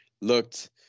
Looked